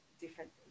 different